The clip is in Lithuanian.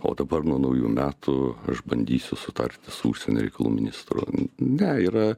o dabar nuo naujų metų aš bandysiu sutarti su užsienio reikalų ministru ne yra